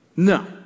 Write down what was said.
No